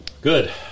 Good